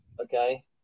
okay